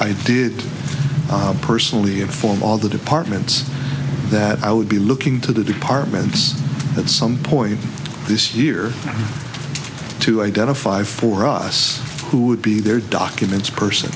i did personally inform all the departments that i would be looking to the departments at some point this year to identify for us who would be their documents person